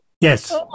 Yes